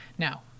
Now